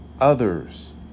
others